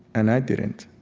and i didn't.